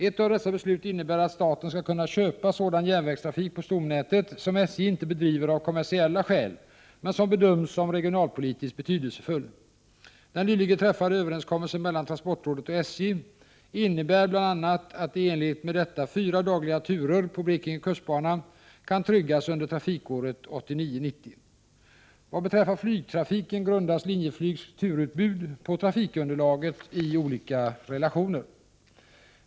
Ett av dessa beslut innebär att staten skall kunna köpa sådan järnvägstrafik på stomnätet som SJ inte bedriver av kommersiella skäl men som bedöms som regionalpolitiskt betydelsefull. Den nyligen träffade överenskommelsen mellan transportrådet och SJ innebär bl.a. att i enlighet med detta fyra dagliga turer på Blekinge kustbana kan tryggas under trafikåret 1989/90. Vad beträffar flygtrafiken grundas Linjeflygs turutbud på trafikunderlaget i olika relationer.